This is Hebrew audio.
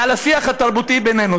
ועל השיח התרבותי בינינו.